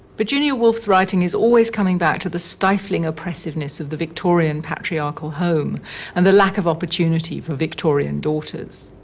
virginia woolf's writing is always coming back to the stifling oppressiveness of the victorian, patriarchal home and the lack of opportunity for victorian daughters.